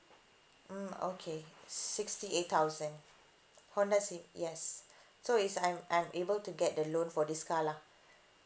mm okay sixty eight thousand honda ci~ yes so it's I'm I'm able to get the loan for this car lah